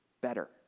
better